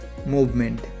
Movement